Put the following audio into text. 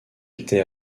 était